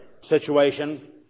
situation